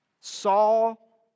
Saul